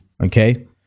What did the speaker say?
okay